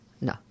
no